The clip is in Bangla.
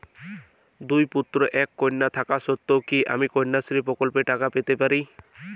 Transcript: দুই পুত্র এক কন্যা থাকা সত্ত্বেও কি আমি কন্যাশ্রী প্রকল্পে টাকা পেতে পারি?